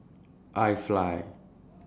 IFly